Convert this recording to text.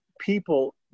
people